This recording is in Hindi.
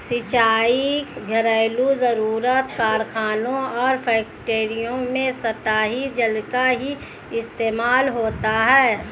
सिंचाई, घरेलु जरुरत, कारखानों और फैक्ट्रियों में सतही जल का ही इस्तेमाल होता है